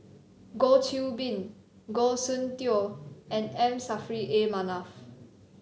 Goh Qiu Bin Goh Soon Tioe and M Saffri A Manaf